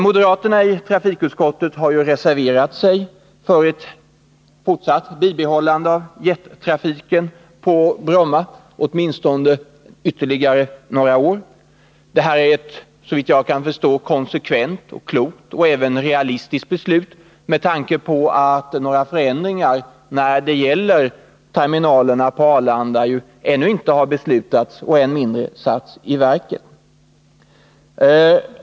Moderaterna i trafikutskottet har reserverat sig för ett fortsatt bibehållande av jettrafiken på Bromma, åtminstone ytterligare några år. Det är ett, såvitt jag kan förstå, konsekvent, klokt och även realistiskt förslag med tanke på att några förändringar när det gäller terminalerna på Arlanda ännu inte har beslutats och ännu mindre satts i verket.